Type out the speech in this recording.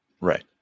Right